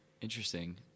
Interesting